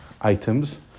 items